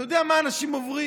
אתה יודע מה אנשים אומרים?